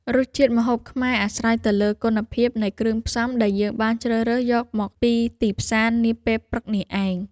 រសជាតិម្ហូបខ្មែរអាស្រ័យទៅលើគុណភាពនៃគ្រឿងផ្សំដែលយើងបានជ្រើសរើសយកមកពីទីផ្សារនាពេលព្រឹកនេះឯង។